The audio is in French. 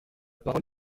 parole